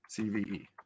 CVE